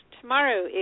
tomorrow